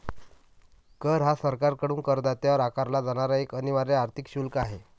कर हा सरकारकडून करदात्यावर आकारला जाणारा एक अनिवार्य आर्थिक शुल्क आहे